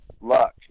luck